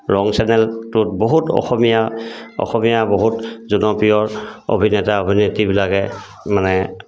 ৰং চেনেলটোত বহুত অসমীয়া অসমীয়া বহুত জনপ্ৰিয় অভিনেতা অভিনেতবিলাকে মানে